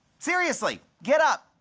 seriously. get up.